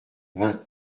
vingt